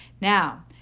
now